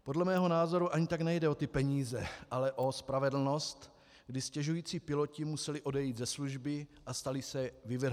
Podle mého názoru ani tak nejde o ty peníze, ale o spravedlnost, kdy stěžující si piloti museli odejít ze služby a stali se vyvrheli.